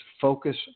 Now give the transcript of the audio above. focus